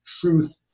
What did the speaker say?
truth